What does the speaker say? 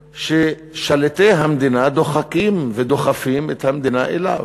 ששליטי המדינה דוחקים ודוחפים את המדינה אליו.